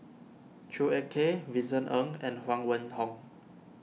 Chua Ek Kay Vincent Ng and Huang Wenhong